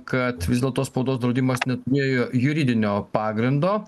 kad vis dėlto spaudos draudimas neturėjo juridinio pagrindo